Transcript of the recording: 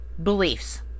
beliefs